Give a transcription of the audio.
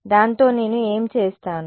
దానితో నేను ఏమి చేస్తాను